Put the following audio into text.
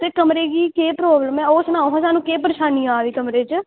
कमरे गी केह् प्रॉब्लम ऐ ओह् सनाओ आं कमरे ई केह् परेशानी ऐ